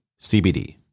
CBD